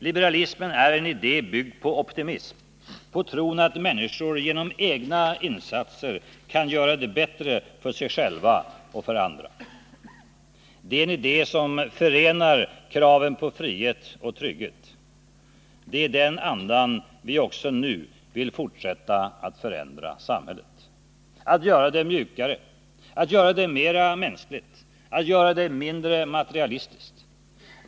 Liberalismen är en idé byggd på optimism, på tron att människor genom egna insatser kan göra det bättre för sig själva och för andra. Det är en idé som förenar kraven på frihet och trygghet. Det är i den andan vi också nu vill fortsätta att förändra samhället: att göra det mjukare, mera mänskligt, mindre materialistiskt.